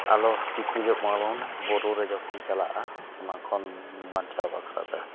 ᱟᱞᱚ ᱪᱤᱠᱤᱡᱚᱜ ᱢᱟᱵᱚᱱ ᱵᱩᱨᱩ ᱨᱮ ᱡᱚᱠᱷᱚᱱ ᱪᱟᱞᱟᱜᱼᱟ ᱚᱱᱟ ᱠᱷᱚᱱ ᱵᱟᱧᱪᱟᱣ ᱵᱟᱠᱷᱨᱟᱛᱮ